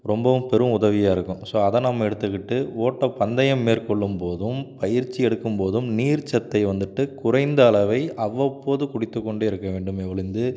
ரொம்பவும் பெரும் உதவியாக இருக்கும் ஸோ அதை நம்ம எடுத்துக்கிட்டு ஓட்டப்பந்தயம் மேற்கொள்ளும் போதும் பயிற்சி எடுக்கும் போதும் நீர்ச் சத்தை வந்துவிட்டு குறைந்த அளவை அவ்வப்போது குடித்துக் கொண்டே இருக்க வேண்டுமே ஒழிந்து